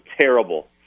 terrible